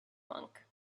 monk